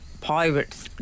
pirates